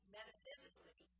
Metaphysically